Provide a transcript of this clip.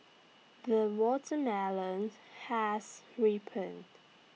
the watermelon has ripened